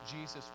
Jesus